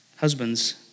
Husbands